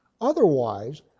Otherwise